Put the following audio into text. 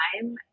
time